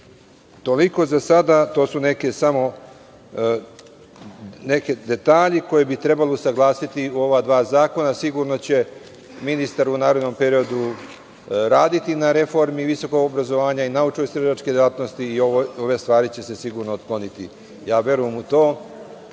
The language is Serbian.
Toliko za sada, To su samo neki detalji, koje bi trebalo usaglasiti u u ova dva zakona. sigurno će ministar u narednom periodu raditi na reformi visokog obrazovanja i naučno-istraživačke delatnosti i ove stvari će se sigurno otkloniti. Ja verujem u to